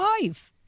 five